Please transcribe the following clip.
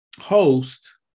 host